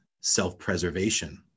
self-preservation